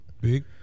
Big